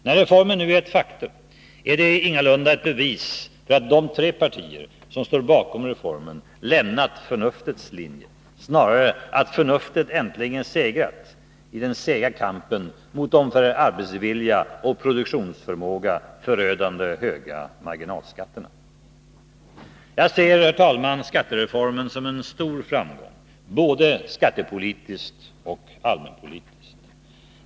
När reformen nu är ett faktum är det ingalunda ett bevis för att de tre partier som står bakom reformen lämnat förnuftets linje, snarare att förnuftet äntligen segrat i den sega kampen mot de för arbetsvilja och produktionsförmåga förödande höga marginalskatterna. Jag ser, herr talman, skattereformen som en stor framgång, både skattepolitiskt och allmänpolitiskt.